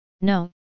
No